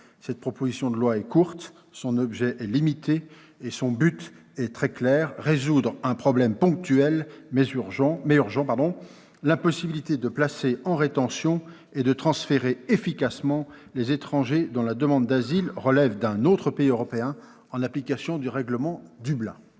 Cette proposition de loi est courte, son objet est limité et son but est très clair. Il s'agit de résoudre un problème ponctuel, mais urgent : l'impossibilité de placer en rétention et de transférer efficacement les étrangers dont la demande d'asile relève d'un autre pays européen, en application du règlement Dublin.